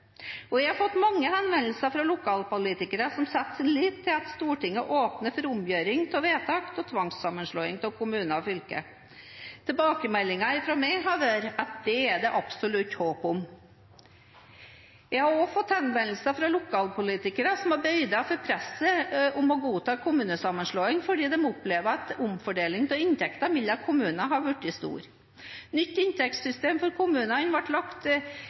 deltakelse. Jeg har fått mange henvendelser fra lokalpolitikere som setter sin lit til at Stortinget åpner for omgjøring av vedtak om tvangssammenslåing av kommuner og fylker. Tilbakemeldingen fra meg har vært at det er det absolutt håp om. Jeg har også fått henvendelser fra lokalpolitikere som har bøyd av for presset om å godta kommunesammenslåing fordi de opplever at omfordelingen av inntekter mellom kommunene er blitt stor. Nytt inntektssystem for kommunene ble lagt